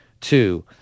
two